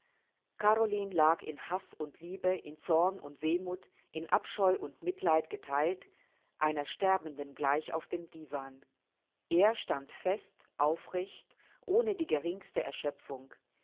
caroline lag in haß und liebe in zorn und wehmuth in abscheu und mitleid getheilt einer sterbenden gleich auf dem divan er stand fest aufrecht ohne die geringste erschöpfung